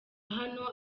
hano